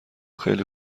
خیلی